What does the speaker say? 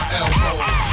elbows